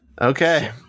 Okay